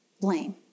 blame